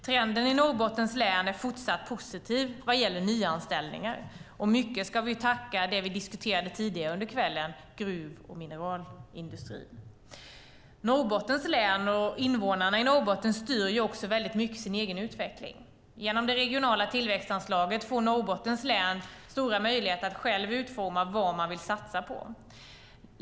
Trenden i Norrbottens län är fortsatt positiv vad gäller nyanställningar. Mycket ska vi tacka det vi diskuterade tidigare under kvällen, gruv och mineralindustrin. Norrbottens län och invånarna i Norrbotten styr väldigt mycket sin egen utveckling. Genom det regionala tillväxtanslaget får Norrbottens län stora möjligheter att utforma vad man vill satsa på.